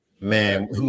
Man